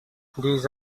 these